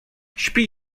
spij